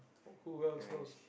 oh who else knows